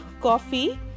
coffee